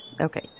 okay